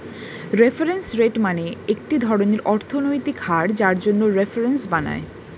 reference rate মানে একটি ধরনের অর্থনৈতিক হার যার জন্য রেফারেন্স বানায়